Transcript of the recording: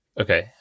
Okay